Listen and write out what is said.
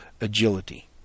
agility